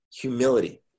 humility